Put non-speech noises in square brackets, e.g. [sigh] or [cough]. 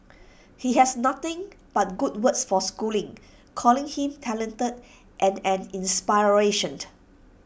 he has nothing but good words for schooling calling him talented and an [unintelligible]